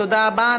תודה רבה,